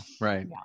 Right